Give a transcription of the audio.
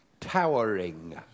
Towering